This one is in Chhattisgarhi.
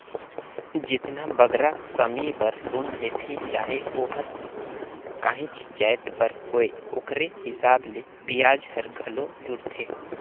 जेतना बगरा समे बर लोन लेथें चाहे ओहर काहींच जाएत बर होए ओकरे हिसाब ले बियाज हर घलो जुड़थे